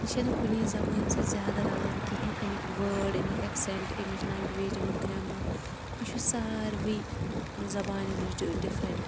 یہِ چھےٚ نہٕ کُنہِ زَبٲنۍ سۭتۍ زیادٕ رَلان کِہینۍ اَمیٚکۍ وٲڑ اَمیُک اٮ۪کسینٹ اِمِچ لنگویج اَمیُک گریمَر یہِ چھُ ساروی زَبانیو نِش ڈِفرنٹ